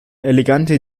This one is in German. elegante